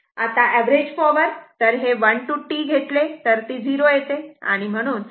आता average power 1 to T घेतली तर ती 0 येते